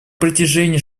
протяжении